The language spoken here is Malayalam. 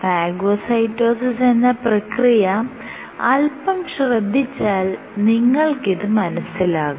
ഫാഗോസൈറ്റോസിസ് എന്ന പ്രക്രിയ അല്പം ശ്രദ്ധിച്ചാൽ നിങ്ങൾക്ക് ഇത് മനസ്സിലാകും